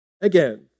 again